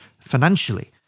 financially